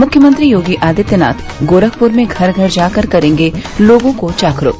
मुख्यमंत्री योगी आदित्यनाथ गोरखपुर में घर घर जाकर करेंगे लोगों को जागरूक